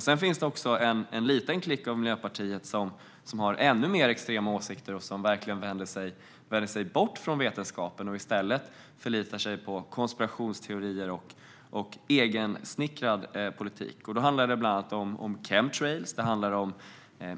Sedan finns det också en liten klick i Miljöpartiet som har ännu mer extrema åsikter och som verkligen vänder sig bort från vetenskapen och i stället förlitar sig på konspirationsteorier och egensnickrad politik. Det handlar bland annat om chemtrails,